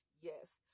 yes